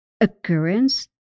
occurrence